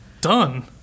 Done